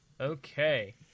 Okay